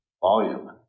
volume